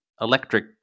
electric